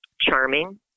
charming